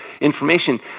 information